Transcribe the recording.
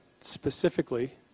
specifically